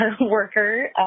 worker